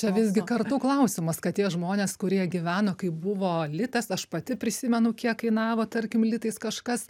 čia visgi kartų klausimas kad tie žmonės kurie gyveno kai buvo litas aš pati prisimenu kiek kainavo tarkim litais kažkas